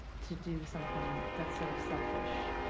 to do something that's so selfish